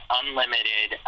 unlimited